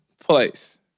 place